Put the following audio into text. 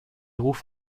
ruf